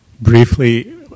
briefly